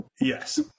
yes